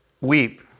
weep